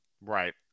Right